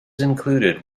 included